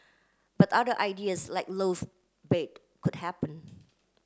but other ideas like loft bed could happen